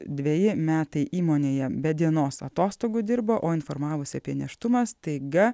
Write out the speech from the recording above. dveji metai įmonėje be dienos atostogų dirbo o informavusi apie nėštumą staiga